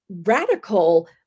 radical